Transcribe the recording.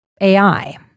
AI